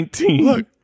Look